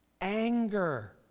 anger